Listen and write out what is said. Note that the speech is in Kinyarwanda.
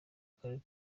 karere